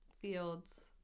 fields